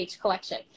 Collection